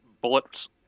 bullets